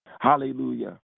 Hallelujah